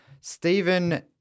Stephen